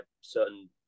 certain